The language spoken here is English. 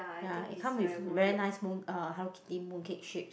ya it come with very nice moon uh Hello-Kitty mooncake shapes